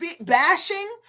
Bashing